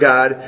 God